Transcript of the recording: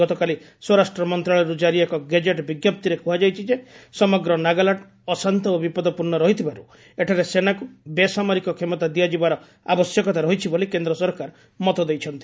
ଗତକାଲି ସ୍ୱରାଷ୍ଟ୍ର ମନ୍ତ୍ରଶାଳୟରୁ ଜାରି ଏକ ଗେଜେଟ୍ ବିଞ୍ଜପ୍ତିରେ କୁହାଯାଇଛି ଯେ ସମଗ୍ର ନାଗାଲାଣ୍ଡ ଅଶାନ୍ତ ଓ ବିପଦପୂର୍ଣ୍ଣ ରହିଥିବାରୁ ଏଠାରେ ସେନାକୁ ବେସାମରିକ କ୍ଷମତା ଦିଆଯିବାର ଆବଶ୍ୟକତା ରହିଛି ବୋଲି କେନ୍ଦ୍ର ସରକାର ମତ ଦେଇଛନ୍ତି